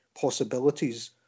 possibilities